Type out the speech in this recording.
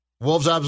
Wolves